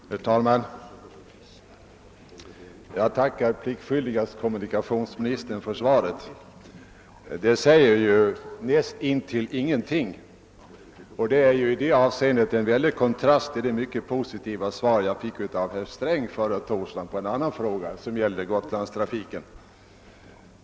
Herr talman! Jag tackar pliktskyldigast kommunikationsministern för svaret. Det säger ju näst intill ingenting — det är i det avseendet en väldig kontrast till det mycket positiva svar som jag fick av herr Sträng förra torsdagen på en annan fråga som gällde Gotlandstrafiken.